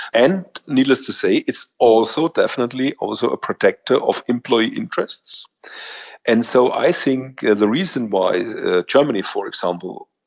and needless to say, it's also definitely also a protector of employee interests and so i think the reason why germany, for example,